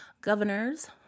governors